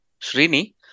Srini